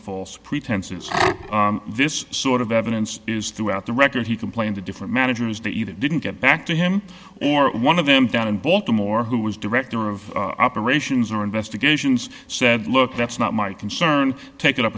false pretenses this sort of evidence is throughout the record he complained to different managers that you didn't get back to him or one of them down in baltimore who was director of operations or investigations said look that's not my concern take it up